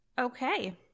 Okay